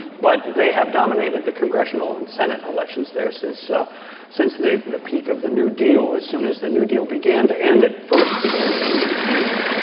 but they have dominated the congressional and senate elections there since so since the peak of the new deal. as soon as the new deal began to end, it first began to end in kansas.